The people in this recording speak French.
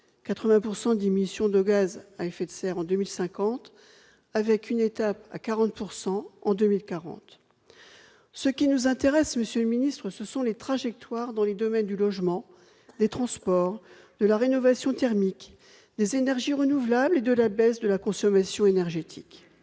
80 % des gaz à effet de serre en 2050, avec une étape à 40 % en 2040. Ce qui nous intéresse, monsieur le ministre d'État, ce sont les trajectoires dans les domaines du logement, des transports, de la rénovation thermique, des énergies renouvelables et de la baisse de la consommation énergétique.